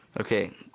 Okay